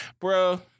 Bro